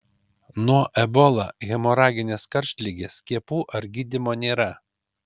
nuo ebola hemoraginės karštligės skiepų ar gydymo nėra